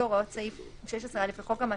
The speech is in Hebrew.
להרחיב את ההסדר שמאפשר הצהרה לפרוטוקול גם למקרים